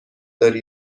داری